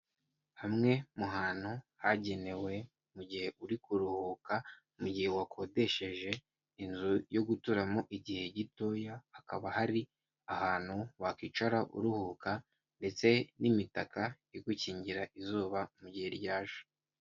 Hamwe mu hantu hagenewe mu gihe uri kuruhuka mu gihe wakodesheje inzu yo guturamo igihe gitoya hakaba hari ahantu wakwicara uruhuka ndetse n'imitaka igukingira izuba mu gihe ryaje.